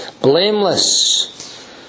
blameless